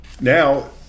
now